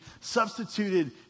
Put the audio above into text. substituted